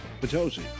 Potosi